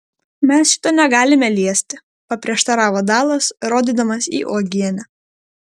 mes šito negalime liesti paprieštaravo dalas rodydama į uogienę